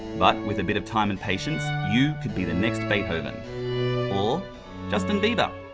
but, with a bit of time and patience, you could be the next beethoven or justin bieber.